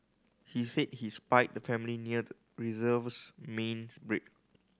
he said he spied the family near the reserve's main's bridge